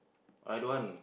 I don't want